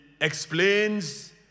explains